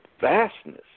vastness